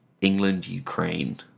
England-Ukraine